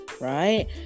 right